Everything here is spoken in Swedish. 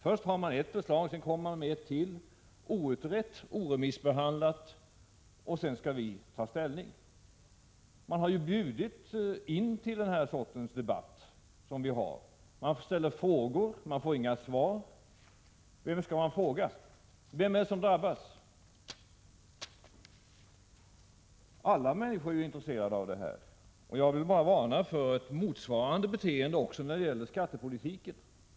Först har man ett förslag, sedan kommer man med ett till, outrett, icke remissbehandlat, och så skall vi ta ställning. Det är att bjuda in till den sorts debatt som vi har. Man ställer frågor, man får inga svar. Vem skall man fråga? Vem är det som drabbas? Alla människor är intresserade av detta, och jag vill bara varna för ett motsvarande beteende också när det gäller skattepolitiken.